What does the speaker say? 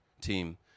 team